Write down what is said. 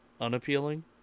unappealing